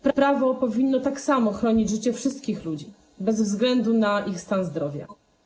Prawo powinno chronić życie wszystkich ludzi, bez względu na ich stan zdrowia.